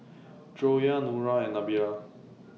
Joyah Nura and Nabila